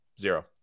Zero